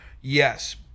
Yes